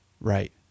Right